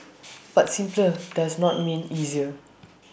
but simpler does not mean easier